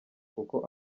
kuko